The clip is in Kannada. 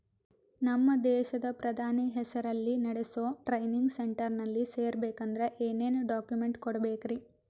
ನಮ್ಮ ದೇಶದ ಪ್ರಧಾನಿ ಹೆಸರಲ್ಲಿ ನೆಡಸೋ ಟ್ರೈನಿಂಗ್ ಸೆಂಟರ್ನಲ್ಲಿ ಸೇರ್ಬೇಕಂದ್ರ ಏನೇನ್ ಡಾಕ್ಯುಮೆಂಟ್ ಕೊಡಬೇಕ್ರಿ?